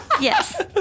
Yes